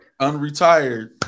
Unretired